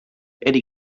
eddie